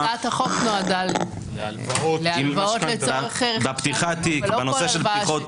הצעת החוק נועדה להלוואות לצורך --- יש